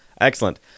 Excellent